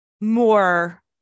more